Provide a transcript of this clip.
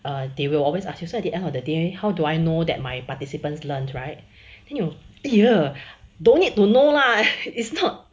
err they will always ask you so at the end of the day how do I know that my participants learnt right then you !eeyer! don't need to know lah is not